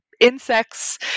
insects